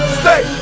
stay